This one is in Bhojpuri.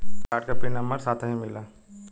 कार्ड के पिन नंबर नंबर साथही मिला?